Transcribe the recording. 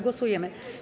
Głosujemy.